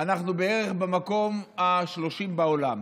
אנחנו בערך במקום ה-30 בעולם.